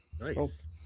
nice